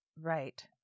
Right